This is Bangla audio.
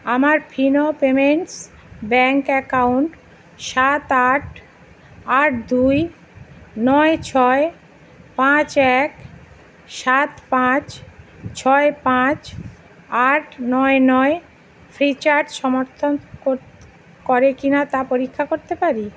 আমার ফিনো পেমেন্টস ব্যাঙ্ক অ্যাকাউন্ট সাত আট আট দুই নয় ছয় পাঁচ এক সাত পাঁচ ছয় পাঁচ আট নয় নয় ফ্রিচার্জ সমর্থন কোর করে কি না তা পরীক্ষা করতে পারি